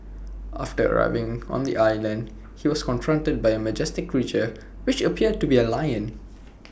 after arriving on the island he was confronted by A majestic creature which appeared to be A lion